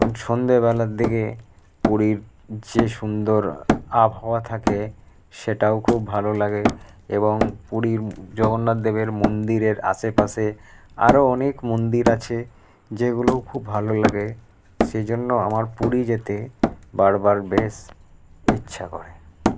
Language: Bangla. এবং সন্ধ্যেবেলার দিকে পুরীর যে সুন্দর আবহাওয়া থাকে সেটাও খুব ভালো লাগে এবং পুরীর জগন্নাথদেবের মন্দিরের আশেপাশে আরো অনেক মন্দির আছে যেগুলো খুব ভালো লাগে সেজন্য আমার পুরী যেতে বারবার বেশ ইচ্ছা করে